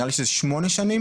נראה לי שזה שמונה שנים?